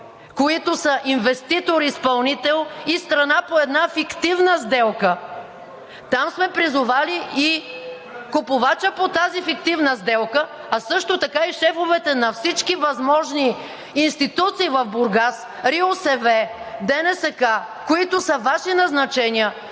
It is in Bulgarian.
които са инвеститор-изпълнител и страна по една фиктивна сделка; там сме призовали и купувача по тази фиктивна сделка; също така и шефовете на всички възможни институции в Бургас – РИОСВ, ДНСК, които са Ваши назначения